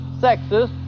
sexist